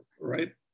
right